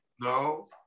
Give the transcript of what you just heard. No